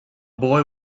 boy